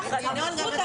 אין נמנעים.